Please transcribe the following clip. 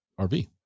RV